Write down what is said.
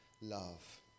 love